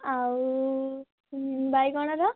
ଆଉ ବାଇଗଣର